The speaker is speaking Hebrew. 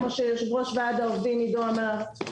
כמו שיושב ראש וועד העובדים עידו אמר.